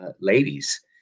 ladies